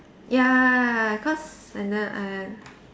ya cause and then I